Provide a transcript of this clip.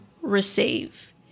receive